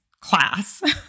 class